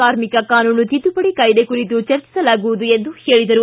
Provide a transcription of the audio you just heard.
ಕಾರ್ಮಿಕ ಕಾನೂನು ತಿದ್ಲುಪಡಿ ಕಾಯ್ಲೆ ಕುರಿತು ಚರ್ಚಿಸಲಾಗುವುದು ಎಂದರು